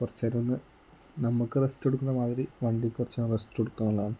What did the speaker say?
കുറച്ചു നേരമൊന്ന് നമുക്ക് റെസ്റ്റ് എടുക്കുന്ന മാതിരി വണ്ടിക്ക് കുറച്ചു നേരം റെസ്റ്റ് കൊടുക്കുക എന്നുള്ളതാണ്